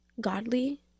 godly